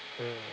mm